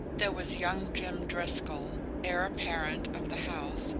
there was young jim driscoll, heir-apparent of the house,